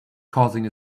causing